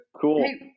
Cool